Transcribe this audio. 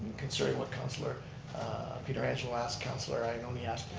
considering what counselor pietrangelo asked counselor ioannoni asked.